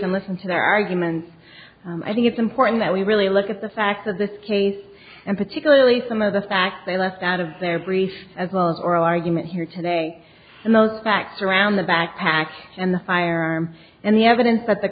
and listen to their arguments i think it's important that we really look at the facts of this case and particularly some of the facts they left out of their brief as well as oral argument here today and those facts around the backpack and the firearm and the evidence that the